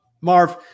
Marv